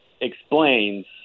explains